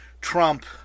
Trump